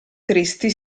tristi